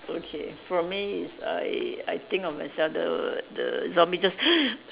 okay for me it's I I think of myself the the zombie just